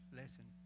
lesson